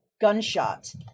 gunshot